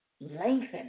lengthen